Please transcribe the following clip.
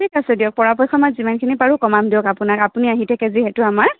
ঠিক আছে দিয়ক পৰাপক্ষত মই যিমানখিনি পাৰো কমাম দিয়ক আপোনাক আপুনি আহি থাকে যিহেতু আমাৰ